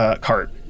cart